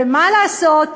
ומה לעשות,